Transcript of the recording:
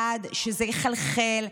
עד שזה יחלחל,